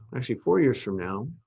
actually four years from now.